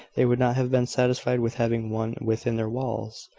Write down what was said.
they would not have been satisfied with having one within their walls.